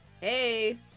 Hey